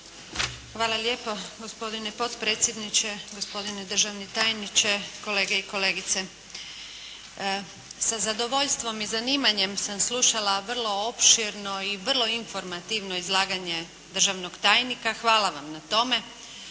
Hvala lijepo gospodine potpredsjedniče. Gospodine državni tajniče, kolege i kolegice. Sa zadovoljstvom i zanimanjem sam slušala vrlo opširno i vrlo informativno izlaganje državnog tajnika, hvala vam na tome.